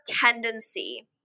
tendency